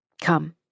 Come